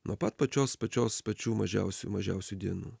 nuo pat pačios pačios pačių mažiausių mažiausių dienų